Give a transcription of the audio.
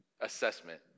assessment